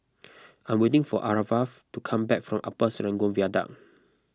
I am waiting for Aarav to come back from Upper Serangoon Viaduct